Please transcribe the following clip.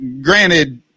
granted